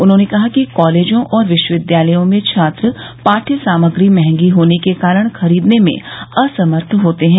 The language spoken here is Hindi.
उन्होंने कहा कि कॉलेजों और विश्वविद्यालयों में छात्र पाठ्य सामग्री महंगी होने के कारण खरीदने में असमर्थ होते हैं